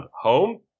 home